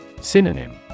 Synonym